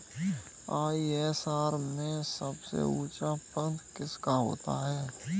IRS में सबसे ऊंचा पद किसका होता है?